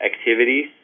activities